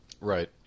Right